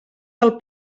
del